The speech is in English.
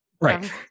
right